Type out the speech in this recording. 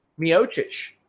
Miocic